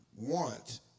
want